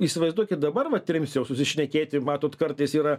įsivaizduokit dabar va trims jau susišnekėti matot kartais yra